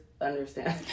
understand